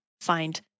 find